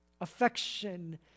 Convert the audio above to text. affection